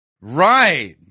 Right